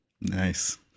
Nice